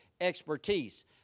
expertise